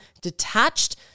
detached